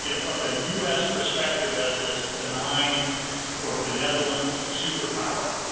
you know from the us perspective, as this benign or benevolent superpower,